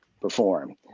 perform